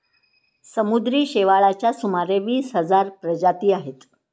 समुद्री शेवाळाच्या सुमारे वीस हजार प्रजाती आहेत